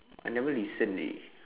I never listen already